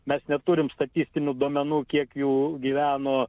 mes neturim statistinių duomenų kiek jų gyveno